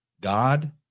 god